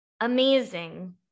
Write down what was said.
amazing